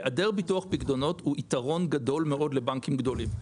העדר ביטוח פקדונות הוא יתרון גדול מאוד לבנקים גדולים,